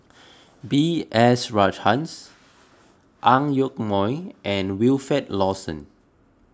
B S Rajhans Ang Yoke Mooi and Wilfed Lawson